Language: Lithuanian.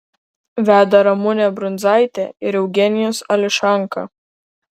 veda ramunė brundzaitė ir eugenijus ališanka